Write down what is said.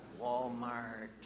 Walmart